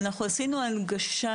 אנחנו עשינו הנגשה.